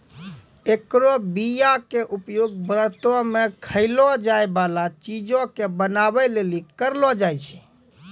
एकरो बीया के उपयोग व्रतो मे खयलो जाय बाला चीजो के बनाबै लेली करलो जाय छै